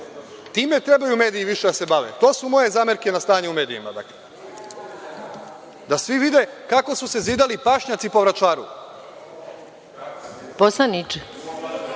Time treba mediji više da se bave. To su moje zamerke na stanje u medijima, dakle. Da svi vide kako su se zidali pašnjaci po Vračaru.